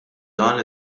dan